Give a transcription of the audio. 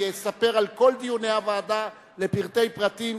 ויספר על כל דיוני הוועדה לפרטי פרטים,